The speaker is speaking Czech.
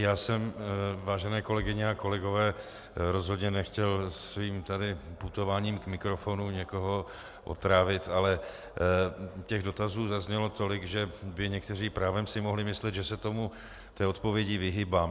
Já jsem, vážené kolegyně a kolegové, rozhodně nechtěl svým putováním k mikrofonu někoho otrávit, ale těch dotazů zaznělo tolik, že by si někteří právem mohli myslet, že se odpovědi vyhýbám.